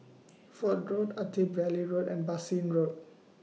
Fort Road Attap Valley Road and Bassein Road